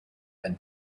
when